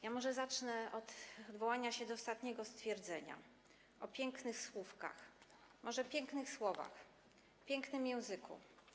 Ja może zacznę od odwołania się do ostatniego stwierdzenia o pięknych słówkach, może pięknych słowach, pięknym języku.